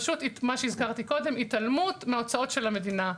מה שהזכרתי קודם התעלמות מההוצאות של המדינה.